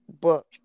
book